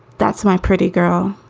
that's my pretty girl